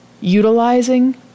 utilizing